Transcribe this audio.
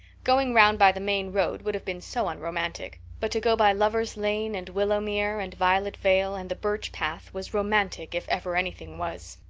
going around by the main road would have been so unromantic but to go by lover's lane and willowmere and violet vale and the birch path was romantic, if ever anything was.